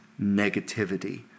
negativity